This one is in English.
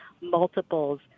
multiples